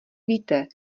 víte